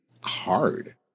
hard